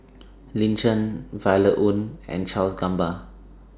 Lin Chen Violet Oon and Charles Gamba